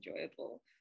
enjoyable